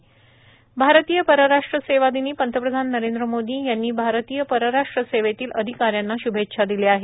परराष्ट्र सेवा दिन भारतीय परराष्ट्र सेवा दिनी पंतप्रधान नरेंद्र मोदी यांनी भारतीय परराष्ट्र सेवेतील अधिकाऱ्यांना श्भेच्छा दिल्या आहेत